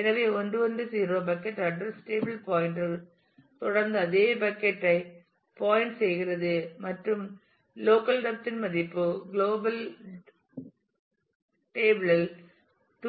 எனவே 1 1 0 bucket address table pointer தொடர்ந்து அதே பக்கட் யை பாயின்ட் செய்கிறது மற்றும் உள்ளூர் டெப்த் இன் மதிப்பு உலக டேபிள் இல்